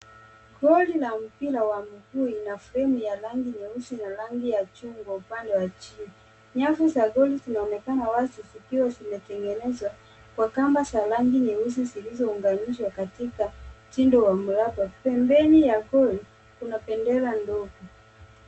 Goli la mbira wa miguu lina fremu ya rangi nyeusi na rangi ya chungwa upande wa juu na upande wa chini. Nyasi za goli zinaonekana wazi zikiwa zimetengenezwa kwa kamba za rangi nyeusi zilizounganishwa katika mtindo wa miraba pembeni ya goal kuna bendera ndogo.